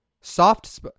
Soft